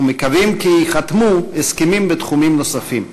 ומקווים כי ייחתמו הסכמים בתחומים נוספים.